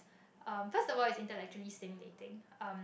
um first of all it's intellectually stimulating um